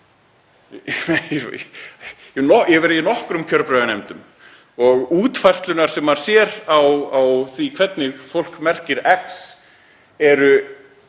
hef verið í nokkrum kjörbréfanefndum og útfærsluna sem maður sér á því hvernig fólk merkir X eru